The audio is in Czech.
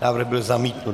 Návrh byl zamítnut.